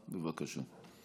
בבקשה.